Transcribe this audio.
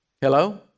Hello